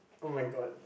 [oh]-my-god